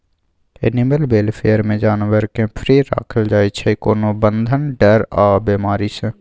animal welfare मे जानबर केँ फ्री राखल जाइ छै कोनो बंधन, डर आ बेमारी सँ